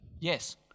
Yes